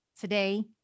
today